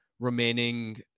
remaining